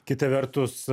kita vertus